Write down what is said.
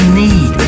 need